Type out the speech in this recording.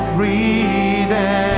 redemption